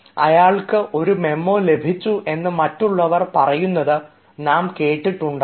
അയാൾക്ക് ഒരു മെമ്മോ ലഭിച്ചു എന്ന് മറ്റുള്ളവർ പറയുന്നത് നാം കേട്ടിട്ടുണ്ടാകും